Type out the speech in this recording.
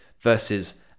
versus